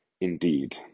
indeed